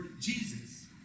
Jesus